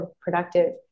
productive